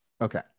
Okay